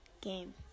game